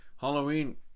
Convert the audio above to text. Halloween